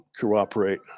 cooperate